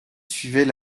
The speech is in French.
suivait